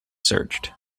searched